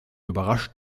überrascht